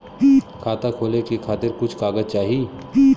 खाता खोले के खातिर कुछ कागज चाही?